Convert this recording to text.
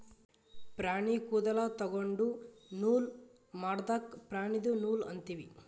ಪ್ರಾಣಿ ಕೂದಲ ತೊಗೊಂಡು ನೂಲ್ ಮಾಡದ್ಕ್ ಪ್ರಾಣಿದು ನೂಲ್ ಅಂತೀವಿ